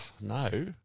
no